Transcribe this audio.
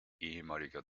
ehemaliger